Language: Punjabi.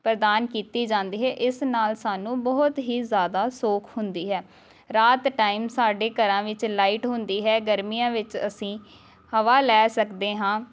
ਪ੍ਰਦਾਨ ਕੀਤੀ ਜਾਂਦੀ ਹੈ ਇਸ ਨਾਲ ਸਾਨੂੰ ਬਹੁਤ ਹੀ ਜ਼ਿਆਦਾ ਸੌਖ ਹੁੰਦੀ ਹੈ ਰਾਤ ਟਾਈਮ ਸਾਡੇ ਘਰਾਂ ਵਿੱਚ ਲਾਈਟ ਹੁੰਦੀ ਹੈ ਗਰਮੀਆਂ ਵਿੱਚ ਅਸੀਂ ਹਵਾ ਲੈ ਸਕਦੇ ਹਾਂ